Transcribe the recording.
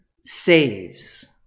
saves